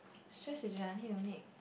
stress is when I need to make